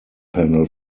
panel